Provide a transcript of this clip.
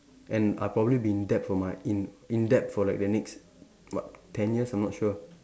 and I'll probably be in debt for my in in debt for like the next what ten years I'm not sure